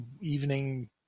evening